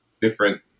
different